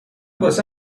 واسه